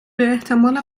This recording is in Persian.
باحتمال